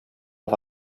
auf